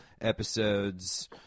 episodes